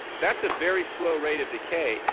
that's a very slow rate of decay.